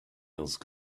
else